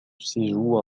séjour